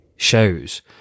shows